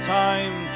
time